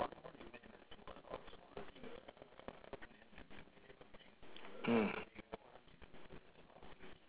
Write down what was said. mm